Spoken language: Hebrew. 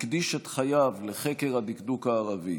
הקדיש את חייו לחקר הדקדוק הערבי.